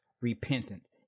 repentance